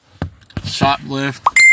shoplift